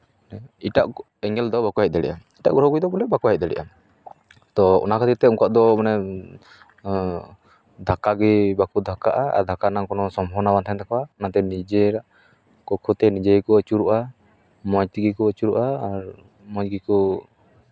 ᱮᱴᱟᱜ ᱮᱸᱜᱮᱞ ᱫᱚ ᱵᱟᱠᱚ ᱦᱮᱡ ᱫᱟᱲᱮᱭᱟᱜᱼᱟ ᱮᱴᱟᱜ ᱜᱨᱚᱦᱚ ᱠᱚᱫᱚ ᱵᱚᱞᱮ ᱵᱟᱠᱚ ᱦᱮᱡᱽ ᱫᱟᱲᱮᱭᱟᱜᱼᱟ ᱛᱳ ᱚᱱᱟ ᱠᱷᱟᱹᱛᱤᱨ ᱛᱮ ᱩᱱᱠᱩᱣᱟᱜ ᱫᱚ ᱢᱟᱱᱮ ᱫᱷᱟᱠᱠᱟ ᱜᱮ ᱫᱷᱟᱠᱠᱟᱜᱼᱟ ᱟᱨ ᱫᱷᱟᱠᱠᱟ ᱨᱮᱱᱟᱜ ᱦᱚᱸ ᱠᱚᱱᱳ ᱥᱚᱢᱵᱷᱚᱵᱚᱱᱟ ᱵᱟᱝ ᱛᱟᱦᱮᱱ ᱛᱟᱠᱚᱣᱟ ᱚᱱᱟᱛᱮ ᱱᱤᱡᱮᱨ ᱠᱚᱠᱠᱷᱚ ᱛᱮ ᱱᱤᱡᱮ ᱜᱮᱠᱚ ᱟᱹᱪᱩᱨᱚᱜᱼᱟ ᱢᱚᱡᱽ ᱛᱮᱜᱮ ᱜᱮ ᱟᱹᱪᱩᱨᱚᱜᱼᱟ ᱟᱨ ᱢᱚᱡᱽ ᱜᱮᱠᱚ